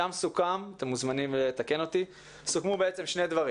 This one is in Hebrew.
סוכמו שם שני דברים: